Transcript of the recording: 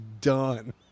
done